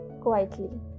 quietly